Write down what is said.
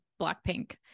blackpink